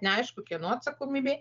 neaišku kieno atsakomybei